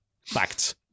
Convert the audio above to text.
facts